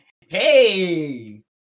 hey